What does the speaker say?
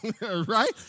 Right